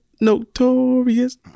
Notorious